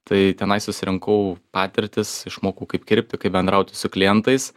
tai tenai susirinkau patirtis išmokau kaip kirpti kaip bendrauti su klientais